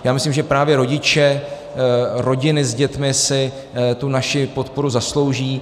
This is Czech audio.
Já myslím, že právě rodiče, rodiny s dětmi si naši podporu zaslouží.